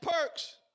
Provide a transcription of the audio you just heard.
perks